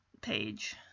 page